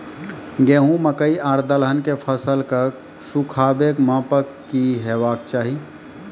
गेहूँ, मकई आर दलहन के फसलक सुखाबैक मापक की हेवाक चाही?